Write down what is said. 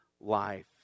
life